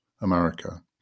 America